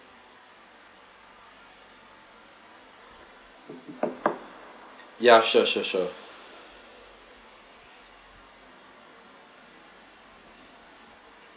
yeah sure sure